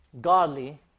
godly